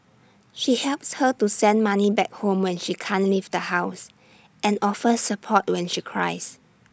she helps her to send money back home when she can't leave the house and offers support when she cries